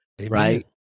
Right